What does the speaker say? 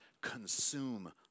consume